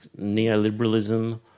Neoliberalism